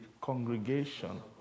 congregation